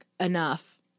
enough